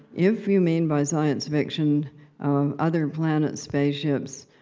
if you mean by science fiction other planets, spaceships,